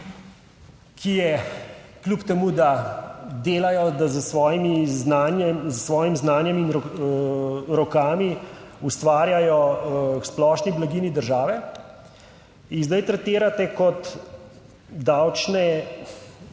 ki je kljub temu, da delajo, da s svojim znanjem in rokami ustvarjajo k splošni blaginji države jih zdaj tretirate kot davčne